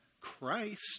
Christ